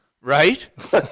Right